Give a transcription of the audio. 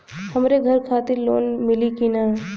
हमरे घर खातिर लोन मिली की ना?